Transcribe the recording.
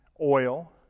oil